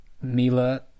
Mila